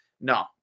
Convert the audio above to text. No